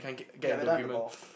ya we're done with the ball